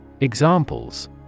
Examples